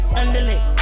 underlay